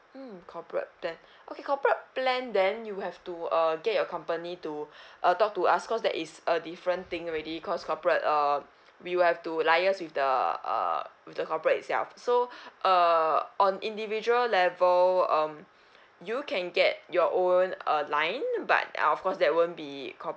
hmm corporate plan okay corporate plan then you have to uh get your company to uh talk to us cause that is a different thing already cause corporate err we will have to liaise with the err with the corporate itself so err on individual level um you can get your own a line but uh of course that won't be cor~